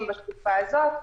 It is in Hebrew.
בבקשה.